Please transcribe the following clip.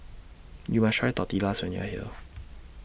YOU must Try Tortillas when YOU Are here